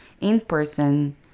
in-person